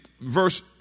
verse